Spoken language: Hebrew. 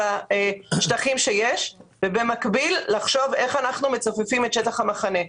השטחים שיש ובמקביל לחשוב איך אנחנו מצופפים את שטח המחנה,